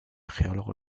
geólogo